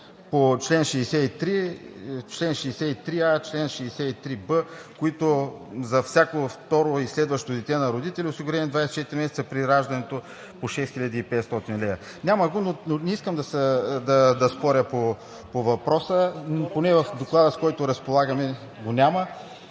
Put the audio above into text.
63, чл. 63а, чл. 63б, които за всяко второ и следващо дете на родители, осигурени 24 месеца преди раждането по 6500 лв.? Няма го – но не искам да споря по въпроса, поне в Доклада, с който разполагаме, го няма.